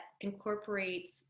incorporates